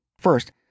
First